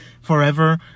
forever